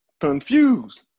confused